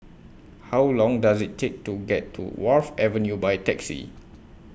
How Long Does IT Take to get to Wharf Avenue By Taxi